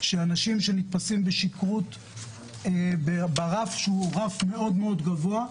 ושאנשים שנתפסים בשכרות ברף מאוד מאוד גבוה,